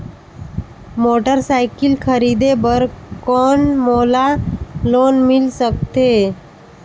Motorcycle खरीदे बर कौन मोला लोन मिल सकथे?